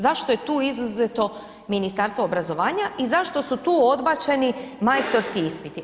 Zašto je tu izuzeto Ministarstvo obrazovanja i zašto su tu odbačeni majstorski ispiti?